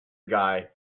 guy